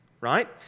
right